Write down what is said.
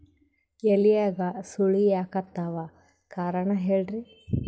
ಎಲ್ಯಾಗ ಸುಳಿ ಯಾಕಾತ್ತಾವ ಕಾರಣ ಹೇಳ್ರಿ?